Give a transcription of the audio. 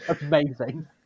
Amazing